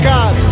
God